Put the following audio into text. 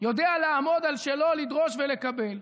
יודע לעמוד על שלו, לדרוש ולקבל.